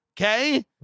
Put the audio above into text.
okay